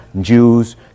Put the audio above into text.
Jews